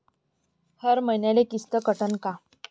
हर मईन्याले किस्त कटन का?